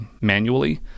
manually